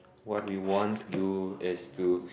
what we want to do is to